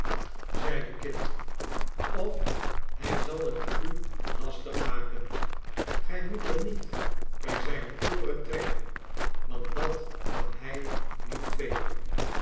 zeide kit of hij zal het u lastig maken gij moet hem niet by zijne ooren trekken want datkan hij niet velen